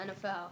NFL